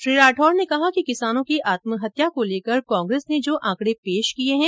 श्री राठौड़ ने कहा कि किसानों की आत्महत्या को लेकर कांग्रेस ने जो आंकड़े पेश किए हैं